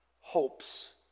hopes